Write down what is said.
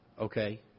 okay